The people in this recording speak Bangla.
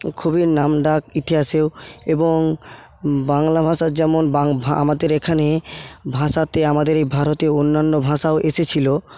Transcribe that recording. খুবই নামডাক ইতিহাসেও এবং বাংলা ভাষা যেমন আমাদের এখানে ভাষাতে আমাদের এই ভারতে অন্যান্য ভাষাও এসেছিল